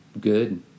good